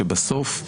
שבסוף,